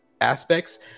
aspects